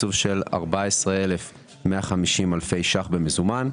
תקצוב של 14,150 אלפי ₪ במזומן.